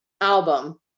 album